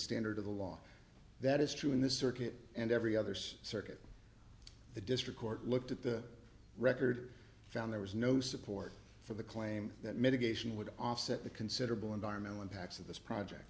standard of the law that is true in this circuit and every other circuit the district court looked at the record found there was no support for the claim that mitigation would offset the considerable environmental impacts of this project